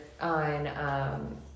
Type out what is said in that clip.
on